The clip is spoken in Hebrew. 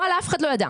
וואלה, אף אחד לא ידע.